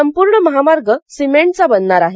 संपूर्ण महामार्ग सिमेंटचा बनणार आहे